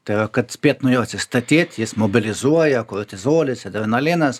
tai yra kad spėt nuo jo atsistatyt jis mobilizuoja kortizolis adrenalinas